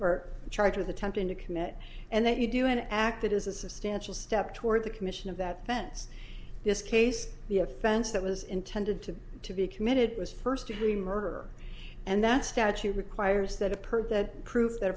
or charged with attempting to commit and then you do an act that is a substantial step toward the commission of that fence this case the offense that was intended to to be committed was first degree murder and that statute requires that a person that prove that a